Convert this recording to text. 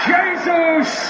Jesus